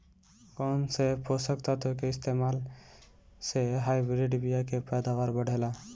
कौन से पोषक तत्व के इस्तेमाल से हाइब्रिड बीया के पैदावार बढ़ेला?